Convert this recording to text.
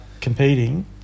competing